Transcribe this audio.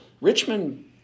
Richmond